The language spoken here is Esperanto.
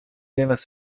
devas